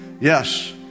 Yes